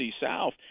South